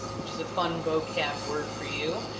which is a fun vocab word for you,